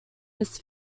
his